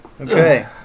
Okay